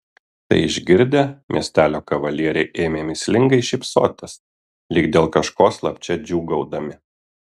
tai išgirdę miestelio kavalieriai ėmė mįslingai šypsotis lyg dėl kažko slapčia džiūgaudami